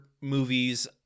movies